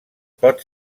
pot